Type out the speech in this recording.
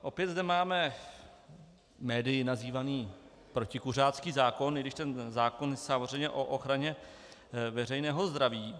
Opět zde máme médii nazývaný protikuřácký zákon, i když ten zákon je samozřejmě o ochraně veřejného zdraví.